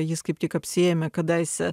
jis kaip tik apsiėmė kadaise